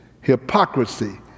hypocrisy